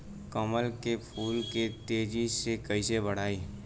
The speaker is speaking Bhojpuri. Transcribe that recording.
कमल के फूल के तेजी से कइसे बढ़ाई?